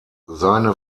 seine